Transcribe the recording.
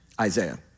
Isaiah